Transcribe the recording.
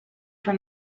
for